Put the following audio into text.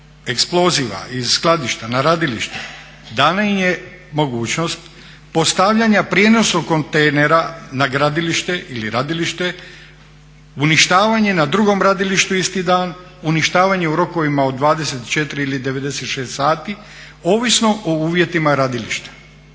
eksploziva iz skladišta na radilište dana im je mogućnost postavljanja prijenosnog kontejnera na gradilište ili radilište, uništavanje na drugom radilištu isti dan, uništavanje u rokovima od 24 ili 96 sati ovisno o uvjetima radilišta.